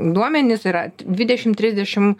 duomenis yra dvidešimt trisdešimt